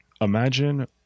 imagine